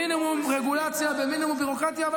במינימום רגולציה, במינימום ביורוקרטיה.